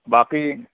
باقی